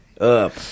up